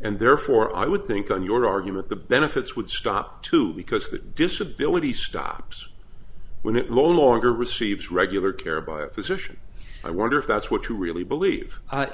and therefore i would think on your argument the benefits would stop too because the disability stops when it mon longer receives regular care by a position i wonder if that's what you really believe